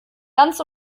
ganz